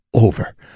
over